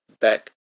back